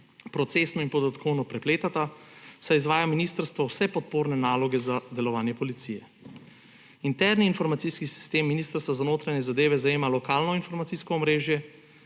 procesno in podatkovno prepletata, saj izvaja ministrstvo vse podporne naloge za delovanje policije. Interni informacijski sistem Ministrstva za notranje zadeve zajema lokalno informacijsko omrežje,